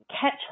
catch